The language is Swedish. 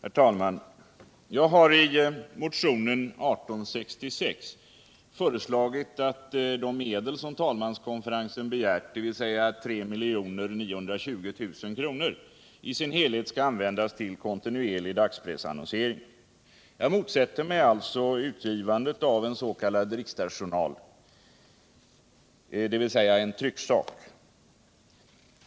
Herr talman! Jag har i motionen 1866 föreslagit att de medel som talmanskonferensen begärt, 3 920 000 kr., i sin helhet skall användas till kontinuerlig dagspressannonsering. Jag motsätter mig alltså utgivandet av en s.k. riksdagsjournal, dvs. en trycksak.